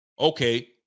Okay